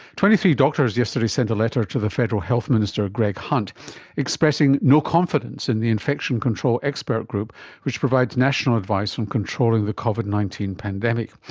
twenty-three doctors yesterday sent a letter to the federal health minister greg hunt expressing no confidence in the infection control expert group which provides national advice on controlling the covid nineteen pandemic.